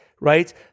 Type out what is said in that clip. right